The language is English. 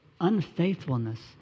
unfaithfulness